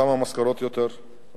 שם המשכורות יותר גבוהות,